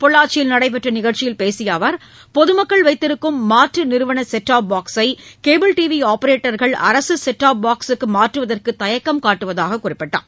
பொள்ளாச்சியில் நடைபெற்ற நிகழ்ச்சியில் பேசிய அவர் பொதுமக்கள் வைத்திருக்கும் மாற்று நிறுவன செட்டாப் பாக்ஸை கேபிள் டிவி ஆப்பரேட்டர்கள் அரசு செட்டாப் பாக்ஸுக்கு மாற்றுவதற்கு தயக்கம் காட்டுவதாக அவர் குறிப்பிட்டார்